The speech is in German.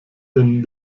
denn